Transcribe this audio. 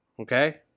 Okay